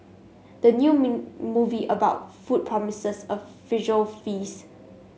the new mean movie about food promises a visual feast